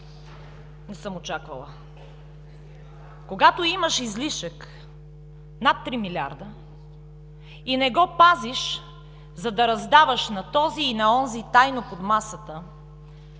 не съм очаквала. Когато имаш излишък над 3 милиарда и не го пазиш, за да раздаваш на този или на онзи тайно под масата,